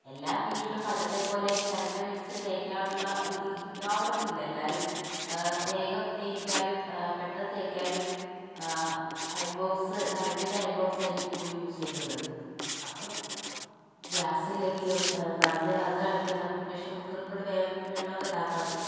എല്ലാ വീട്ടിലും പണ്ടത്തെ പോലെ ചിരട്ട വെച്ച് തേക്കാനുള്ള ഇതിണ്ടാവണമെന്നില്ല എല്ലാവരും വേഗം തേക്കാനും പെട്ടെന്ന് തേക്കാനും അയൺ ബോക്സ് കറണ്ടിൻ്റെ അയൺ ബോക്സ് ആയിരിക്കും കൂടുതല് യൂസ് ചെയ്യുന്നത് അപ്പം ഗ്യാസ് ഇല്ലെങ്കിലും നനഞ്ഞ വിറകാണെങ്കിലും നമുക്ക് ഇൻഡക്ഷൻ കുക്കറും കൊണ്ട് വേവി വെള്ളോക്കെ ഇതാക്കാൻ പറ്റും